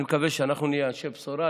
אני מקווה שאנחנו נהיה אנשי בשורה.